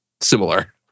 similar